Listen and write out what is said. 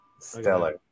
Stellar